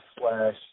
Slash